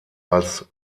als